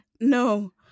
No